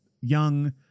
young